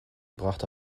brachte